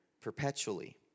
perpetually